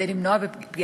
ובכלל זה תובענות אזרחיות